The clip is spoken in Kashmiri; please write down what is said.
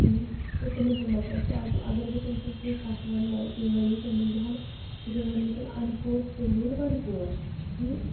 تِمَن تہٕ تِمَن ہُنٛد مطلب چھِ اَز اگر بہٕ تٔمۍ سُںٛد کینٛہہ کَتھٕ وَنہٕ لایِک تٔمۍ وَنے تِمَن دۄہَن چھِ ووٚنمُت اَن پوش تیٚلہِ ییٚلہِ وَن پوش کہِ